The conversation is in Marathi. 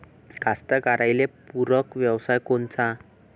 कास्तकाराइले पूरक व्यवसाय कोनचा?